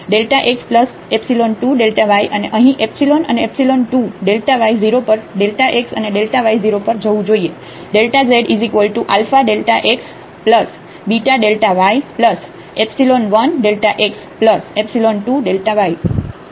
અને આ એપ્સીલોન વખત x 2y અને અહીં એપ્સીલોન અને 2y 0 પર xઅને y0 પર જવું જોઈએ